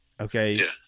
okay